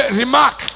remark